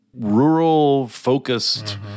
rural-focused